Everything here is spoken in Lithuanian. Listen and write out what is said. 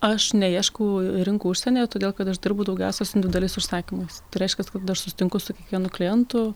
aš neieškau rinkų užsienyje todėl kad aš dirbu daugiausia su individualiais užsakymais tai reiškia kad aš susitinku su kiekvienu klientu